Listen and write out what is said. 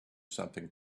something